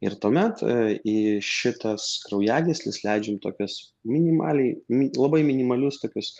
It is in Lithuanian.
ir tuomet į šitas kraujagysles leidžiam tokias minimaliai labai minimalius tokius